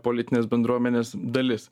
politinės bendruomenės dalis